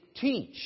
teach